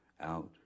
out